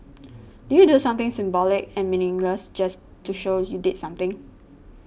do you do something symbolic and meaningless just to show you did something